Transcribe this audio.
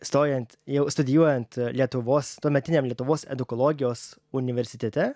stojant jau studijuojant lietuvos tuometiniam lietuvos edukologijos universitete